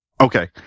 Okay